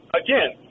again